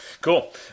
Cool